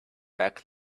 back